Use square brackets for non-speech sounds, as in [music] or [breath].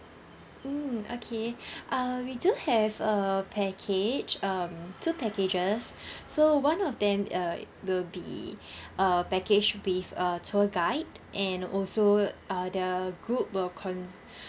mm okay [breath] uh we do have a package um two packages [breath] so one of them uh will be [breath] uh package with a tour guide and also uh the group will cons~